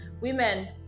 Women